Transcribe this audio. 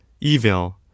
evil